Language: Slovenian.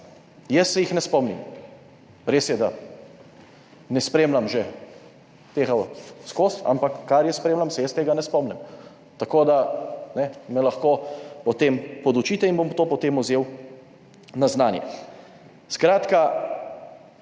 Jaz se jih ne spomnim. Res je, da ne spremljam že tega skozi, ampak kar jaz spremljam, se jaz tega ne spomnim. Tako da, me lahko o tem podučite in bom to potem vzel na znanje.